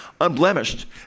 unblemished